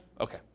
Okay